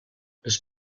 les